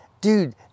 dude